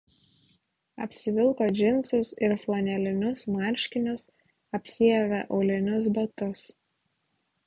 apsivilko džinsus ir flanelinius marškinius apsiavė aulinius batus